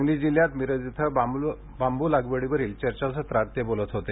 सांगली जिल्ह्यात मिरज इथं बांबू लागवडीवरील चर्चासत्रात ते बोलत होते